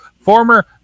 former